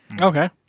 Okay